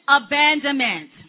abandonment